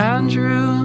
Andrew